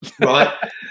Right